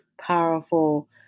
powerful